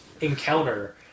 encounter